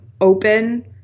open